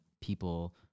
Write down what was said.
people